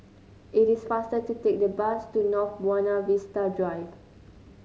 it is faster to take the bus to North Buona Vista Drive